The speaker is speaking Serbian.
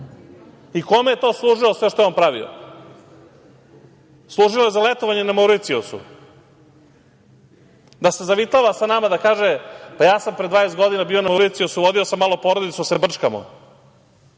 I kome je to služilo što je on pravio? Služilo je za letovanje na Mauricijusu. Da se zavitlava sa nama, da kaže – ja sam pre 20 godina bio na Mauricijusu, vodio sam malo porodicu da se brčkamo,